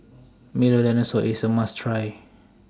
Milo Dinosaur IS A must Try